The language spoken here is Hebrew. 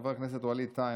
חבר הכנסת ווליד טאהא,